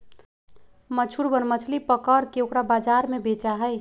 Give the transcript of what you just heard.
मछुरवन मछली पकड़ के ओकरा बाजार में बेचा हई